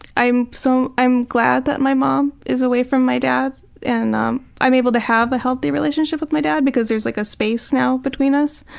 i am so i am glad that my mom is away from my dad and um i am able to have a healthy relationship with my dad because there's like a space now between us.